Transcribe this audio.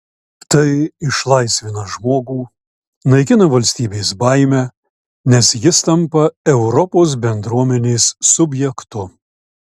tai išlaisvina žmogų naikina valstybės baimę nes jis tampa europos bendruomenės subjektu